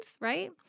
right